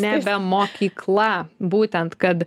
nebe mokykla būtent kad